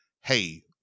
hey